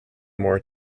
more